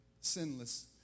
sinless